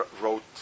wrote